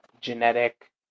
genetic